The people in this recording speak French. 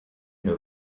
une